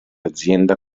azienda